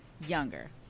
younger